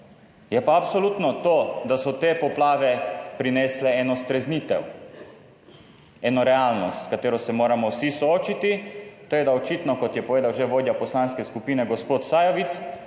Je pa absolutno to, da so te poplave prinesle eno streznitev, eno realnost, s katero se moramo vsi soočiti, to je, da očitno, kot je povedal že vodja poslanske skupine gospod Sajovic,